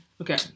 Okay